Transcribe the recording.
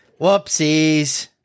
Whoopsies